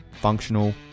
functional